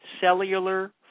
cellular